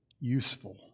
useful